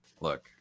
look